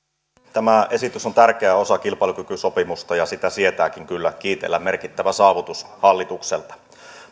tämä esitys on tärkeä osa kilpailukykysopimusta ja sitä sietääkin kyllä kiitellä merkittävä saavutus hallitukselta